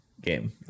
game